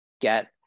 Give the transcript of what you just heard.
get